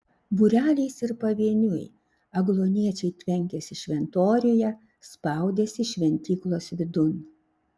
būreliais ir pavieniui agluoniečiai tvenkėsi šventoriuje spaudėsi šventyklos vidun